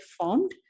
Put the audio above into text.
formed